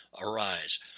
arise